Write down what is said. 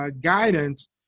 guidance